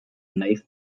knife